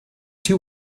two